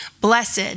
Blessed